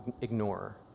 ignore